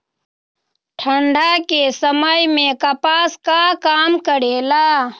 ठंडा के समय मे कपास का काम करेला?